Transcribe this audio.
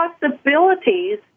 possibilities